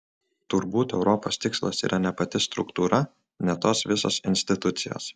turbūt europos tikslas yra ne pati struktūra ne tos visos institucijos